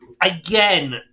Again